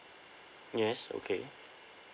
yes okay